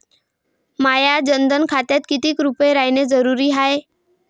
माह्या जनधन खात्यात कितीक रूपे रायने जरुरी हाय?